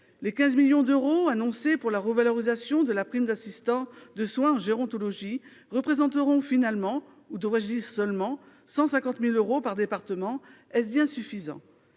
Les 15 millions d'euros annoncés pour la revalorisation de la prime d'assistant de soins en gérontologie représenteront finalement, ou devrais-je dire seulement, 150 000 euros par département ... Est-ce bien suffisant ?